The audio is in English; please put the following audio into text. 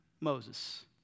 Moses